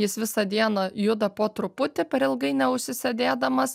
jis visą dieną juda po truputį per ilgai neužsisėdėdamas